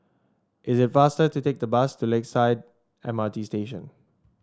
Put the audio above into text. it is faster to take the bus to Lakeside M R T Station